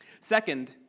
Second